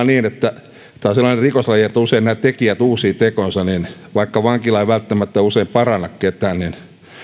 niin että tämä on sellainen rikoslaji että usein nämä tekijät uusivat tekonsa niin vaikka vankila ei välttämättä paranna ketään niin